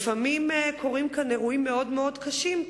לפעמים קורים כאן אירועים מאוד קשים,